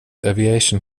aviation